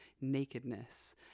nakedness